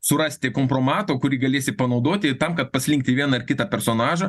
surasti kompromato kurį galėsi panaudoti tam kad paslinkti vieną ar kitą personažą